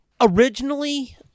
originally